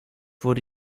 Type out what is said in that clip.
wurde